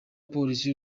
polisi